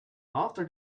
after